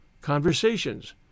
conversations